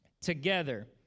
together